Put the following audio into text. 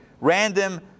Random